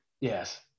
Yes